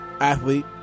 athlete